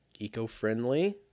Eco-friendly